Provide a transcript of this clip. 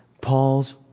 Paul's